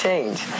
Change